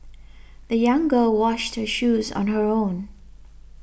the young girl washed her shoes on her own